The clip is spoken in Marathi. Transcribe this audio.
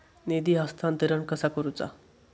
निधी हस्तांतरण कसा करुचा?